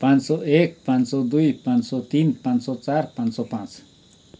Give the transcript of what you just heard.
पाँच सौ एक पाँच सौ दुई पाँच सौ तिन पाँच सौ चार पाँच सौ पाँच